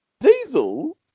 Diesel